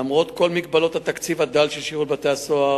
למרות כל מגבלות התקציב הדל של שירות בתי-הסוהר,